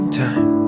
time